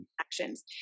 actions